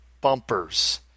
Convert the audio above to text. bumpers